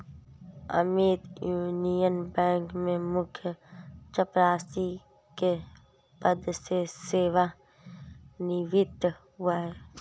Amit Union Bank में मुख्य चपरासी के पद से सेवानिवृत हुआ है